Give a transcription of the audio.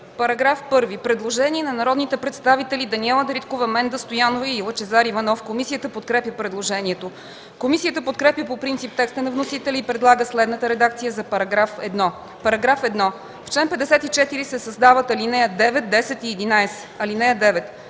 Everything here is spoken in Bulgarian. По § 1 – предложение на народните представители Даниела Дариткова, Менда Стоянова и Лъчезар Иванов. Комисията подкрепя предложението. Комисията подкрепя по принцип текста на вносителя и предлага следната редакция за § 1: „§ 1. В чл. 54 се създават ал. 9, 10 и 11: „(9)